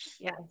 Yes